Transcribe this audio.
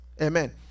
Amen